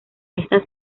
estas